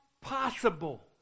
possible